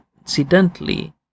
incidentally